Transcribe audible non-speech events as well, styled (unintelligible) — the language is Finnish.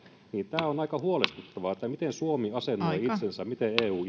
on aika huolestuttava miten suomi asemoi itsensä ja miten eu (unintelligible)